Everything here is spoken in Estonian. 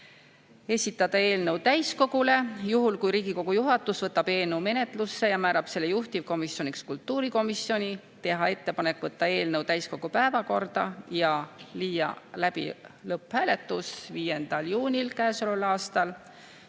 esitada eelnõu täiskogule; juhul, kui Riigikogu juhatus võtab eelnõu menetlusse ja määrab juhtivkomisjoniks kultuurikomisjoni, teha ettepanek võtta eelnõu täiskogu päevakorda ja viia läbi lõpphääletus 5. juunil käesoleval aastal